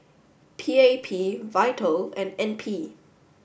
P A P VITAL and N P